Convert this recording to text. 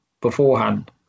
beforehand